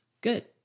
good